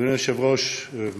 אדוני היושב-ראש,